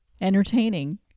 entertaining